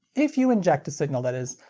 if you inject a signal that is,